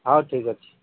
ହଉ ଠିକ୍ ଅଛି